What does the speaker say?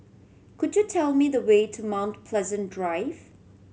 could you tell me the way to Mount Pleasant Drive